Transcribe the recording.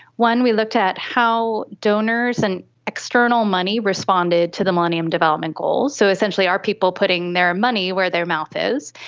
one, we looked at how donors and external money responded to the millennium development goals. so essentially are people putting their money where their mouth is?